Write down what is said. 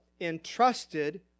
entrusted